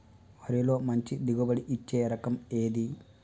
వరిలో మంచి దిగుబడి ఇచ్చే రకం ఏది?